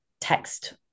text